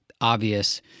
obvious